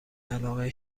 علاقه